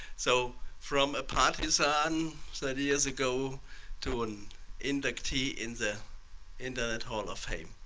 so from a partisan thirty years ago to an inductee in the internet hall of fame.